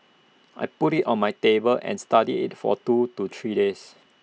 I put IT on my table and studied IT for two to three days